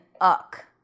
uck